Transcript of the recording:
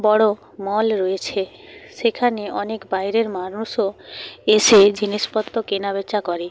বড় মল রয়েছে সেখানে অনেক বাইরের মানুষও এসে জিনিসপত্র কেনাবেচা করে